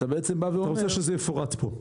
אתה אומר שזה יפורט פה.